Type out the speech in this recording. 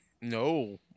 No